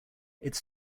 its